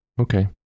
Okay